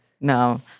No